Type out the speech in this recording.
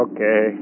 Okay